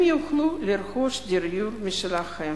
הם יוכלו לרכוש דיור משלהם.